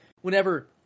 Whenever